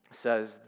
says